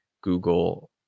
Google